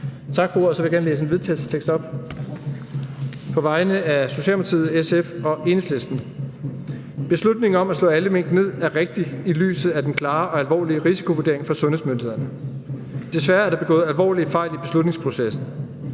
Tak for ordet. Og så vil jeg gerne læse et forslag til vedtagelse op på vegne af Socialdemokratiet, SF og Enhedslisten. Forslag til vedtagelse »Beslutningen om at slå alle mink ned er rigtig i lyset af den klare og alvorlige risikovurdering fra sundhedsmyndighederne. Desværre er der begået alvorlige fejl i beslutningsprocessen.